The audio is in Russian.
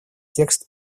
текст